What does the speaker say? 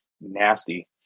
nasty